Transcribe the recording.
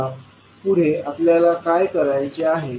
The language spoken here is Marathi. आता पुढे आपल्याला काय करायचे आहे